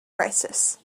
crisis